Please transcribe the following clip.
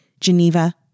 Geneva